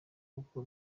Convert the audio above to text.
kuko